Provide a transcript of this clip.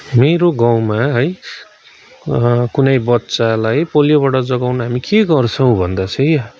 मेरो गाउँमा है कुनै बच्चालाई पोलियोबाट जोगाउन हामी के गर्छौँँ भन्दा चाहिँ